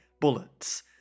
bullets